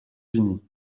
unis